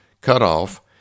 cutoff